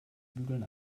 bügeln